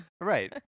Right